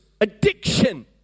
addiction